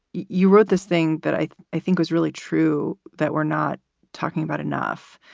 you wrote this thing that i i think was really true, that we're not talking about enough.